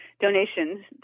donations